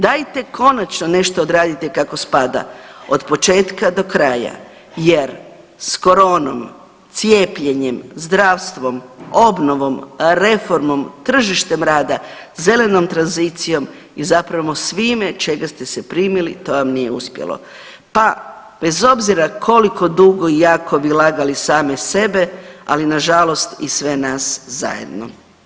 Dajte konačno nešto odradite kako spada, od početka do kraja jer s koronom, cijepljenjem, zdravstvom, obnovom, reformom, tržištem rada, zelenom tranzicijom i zapravo svime čega ste se primili to vam nije uspjelo pa bez obzira koliko dugo i jako bi lagali sami sebe, ali nažalost i sve nas zajedno.